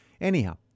Anyhow